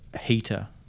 heater